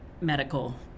medical